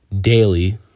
daily